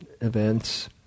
events